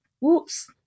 Whoops